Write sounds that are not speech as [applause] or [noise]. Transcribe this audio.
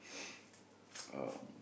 [noise] um